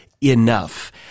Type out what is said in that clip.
enough